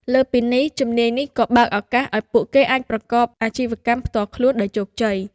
លើសពីនេះ ជំនាញនេះក៏បើកឱកាសឱ្យពួកគេអាចប្រកបអាជីវកម្មផ្ទាល់ខ្លួនដោយជោគជ័យ។